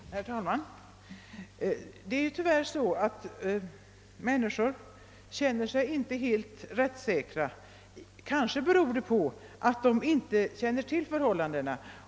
Herr talman! Det är tyvärr så att de människor jag talat om inte känner sig ha full rättssäkerhet. Kanske beror det på att de inte är insatta i förhållandena.